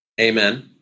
amen